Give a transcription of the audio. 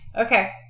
Okay